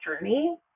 journey